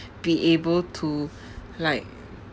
be able to like